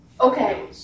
Okay